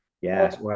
Yes